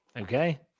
Okay